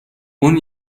اون